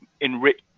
enrich